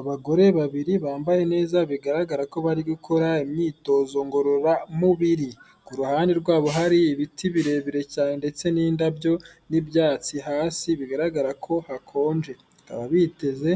Abagore babiri bambaye neza bigaragara ko bari gukora imyitozo ngororamubiri, ku ruhande rwabo hari ibiti birebire cyane ndetse n'indabyo n'ibyatsi, hasi bigaragara ko hakonje, bakaba biteze